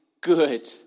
good